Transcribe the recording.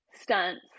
stunts